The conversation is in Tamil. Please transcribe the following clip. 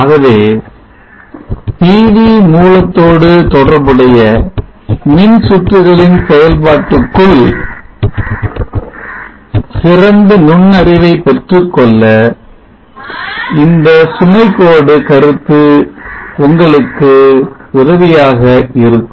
ஆகவே PV மூலத்தோடு தொடர்புடைய மின் சுற்றுகளின் செயல்பாட்டுக்குள் சிறந்த நுண்ணறிவை பெற்றுக்கொள்ள இந்த சுமை கோடு கருத்து உங்களுக்கு உதவியாக இருக்கும்